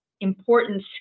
important